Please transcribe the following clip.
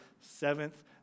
seventh